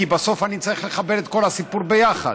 כי בסוף אני צריך לחבר את כל הסיפור ביחד.